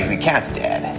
the cat's dead.